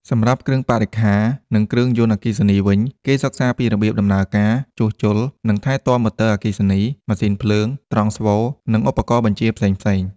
សម្រាប់គ្រឿងបរិក្ខារ និងគ្រឿងយន្តអគ្គិសនីវិញ គេសិក្សាពីរបៀបដំណើរការ ជួសជុល និងថែទាំម៉ូទ័រអគ្គិសនី ម៉ាស៊ីនភ្លើង ត្រង់ស្វូ និងឧបករណ៍បញ្ជាផ្សេងៗ។